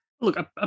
Look